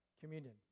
communion